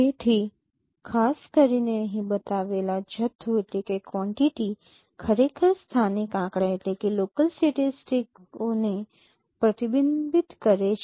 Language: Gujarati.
તેથી ખાસ કરીને અહીં બતાવેલ આ જથ્થો ખરેખર સ્થાનિક આંકડા ઓને પ્રતિબિંબિત કરે છે